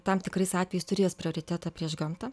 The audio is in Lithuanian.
tam tikrais atvejais turi jos prioritetą prieš gamtą